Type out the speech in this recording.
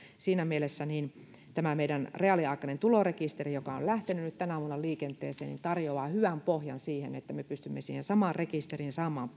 siinä mielessä tämä meidän reaaliaikainen tulorekisterimme joka on lähtenyt nyt tänä vuonna liikenteeseen tarjoaa hyvän pohjan siihen että me pystymme samaan rekisteriin saamaan